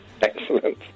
Excellent